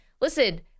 listen